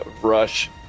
rush